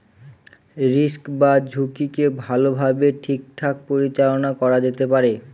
risk বা ঝুঁকিকে ভালোভাবে ঠিকঠাক পরিচালনা করা যেতে পারে